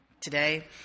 today